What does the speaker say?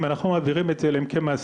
אם אנחנו מעבירים את זה - מעסיקים,